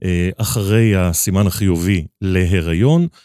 אחרי הסימן החיובי להיריון.